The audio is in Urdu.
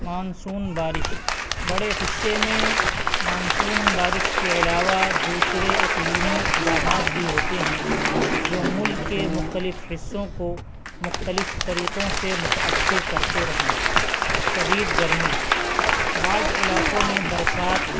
مانسون بارش بڑے حصے میں مانسون بارش کے علاوہ دوسرے اقلیمی اقدامات بھی ہوتے ہیں جو ملک کے مختلف حصوں میں کو مختلف طریقوں سے متاثر کرتے رہیں شدید گرمی بعض علاقوں میں برسات